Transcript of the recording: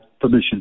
permission